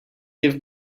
give